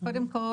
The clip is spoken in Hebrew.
קודם כול,